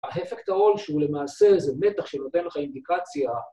ההפקט ההול, שהוא למעשה איזה מתח שנותן לך אינדיקציה.